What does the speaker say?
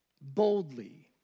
boldly